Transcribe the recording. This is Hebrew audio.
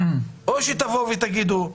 או שתבואו ותגידו,